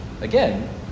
again